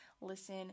listen